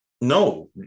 No